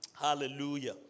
Hallelujah